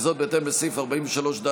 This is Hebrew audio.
וזאת בהתאם לסעיף 43ד(ד)